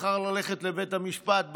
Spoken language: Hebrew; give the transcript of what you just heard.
הוא בחר ללכת לבית המשפט,